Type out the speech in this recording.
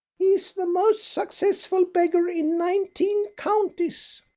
he's the most successful beggar in nineteen counties.